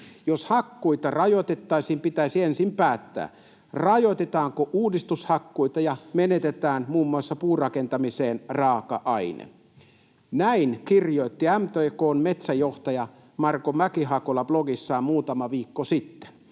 Jos hakkuita rajoitettaisiin, pitäisi ensin päättää, rajoitetaanko uudistushakkuita ja menetetään muun muassa puurakentamisen raaka-aine. Näin kirjoitti MTK:n metsäjohtaja Marko Mäki-Hakola blogissaan muutama viikko sitten.